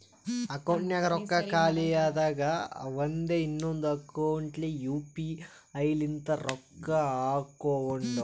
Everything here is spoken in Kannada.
ಅಕೌಂಟ್ನಾಗ್ ರೊಕ್ಕಾ ಖಾಲಿ ಆದಾಗ ಅವಂದೆ ಇನ್ನೊಂದು ಅಕೌಂಟ್ಲೆ ಯು ಪಿ ಐ ಲಿಂತ ರೊಕ್ಕಾ ಹಾಕೊಂಡುನು